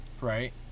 right